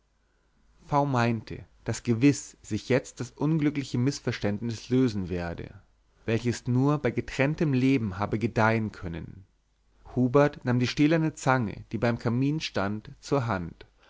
v meinte daß gewiß sich jetzt das unglückliche mißverständnis lösen werde welches nur bei getrenntem leben habe gedeihen können hubert nahm die stählerne zange die beim kamin stand zur hand